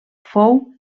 fou